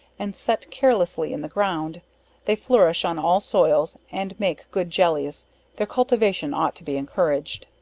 and set carelessly in the ground they flourish on all soils, and make good jellies their cultivation ought to be encouraged.